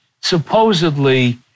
supposedly